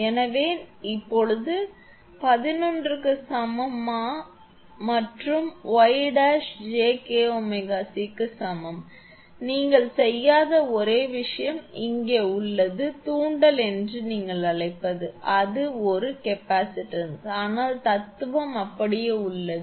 எனவே இப்போது ′ 1 1 க்கு சமம் ஆ மற்றும் 𝑌 ′ 𝑗𝜔 𝐾𝐶 க்கு சமம் நீங்கள் செய்யாத ஒரே விஷயம் இங்கே உள்ளது தூண்டல் என்று நீங்கள் அழைப்பதை அது ஒரு கொள்ளளவு ஆனால் தத்துவம் அப்படியே உள்ளது